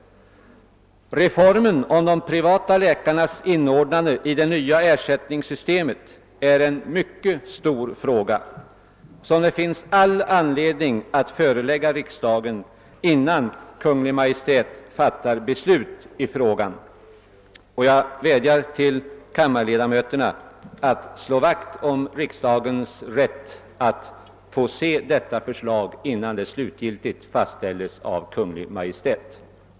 De privatpraktiserande läkarnas inordnande i det nya ersättningssystemet är däremot en mycket stor fråga, som det finns all anledning att förelägga riksdagen innan Kungl. Maj:t fattar beslut i ärendet. Jag vädjar till kammarledamöterna att slå vakt om riksdagens rätt att få se det blivande förslaget innan det slutgiltigt fastställs av Kungl. Maj:t.